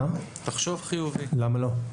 למה לא?